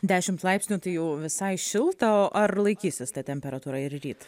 dešimt laipsnių tai jau visai šilta o ar laikysis ta temperatūra ir ryt